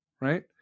Right